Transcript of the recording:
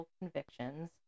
Convictions